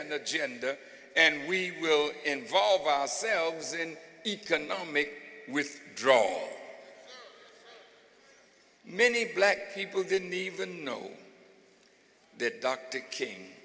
an agenda and we will involve ourselves in economic with draw many black people didn't even know that dr king